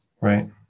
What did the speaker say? Right